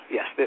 Yes